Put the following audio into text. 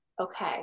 okay